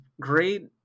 great